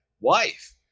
wife